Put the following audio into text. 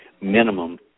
minimum